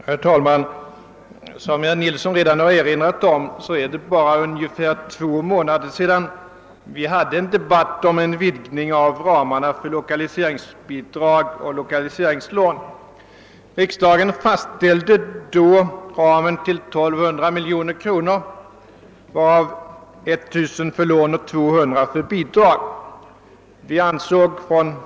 Herr talman! Som herr Nilsson i Tvärålund redan erinrat om är det bara ungefär två månader sedan vi hade en debatt om en vidgning av ramarna för lokaliseringsbidrag och lokaliseringslån. Riksdagen fastställde då ramen till 1 200 miljoner kronor varav 1 000 miljoner för lån och 200 miljoner för bidrag.